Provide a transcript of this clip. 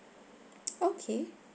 okay